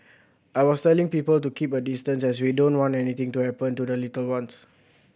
I was telling people to keep a distance as we don't want anything to happen to the little ones